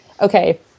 okay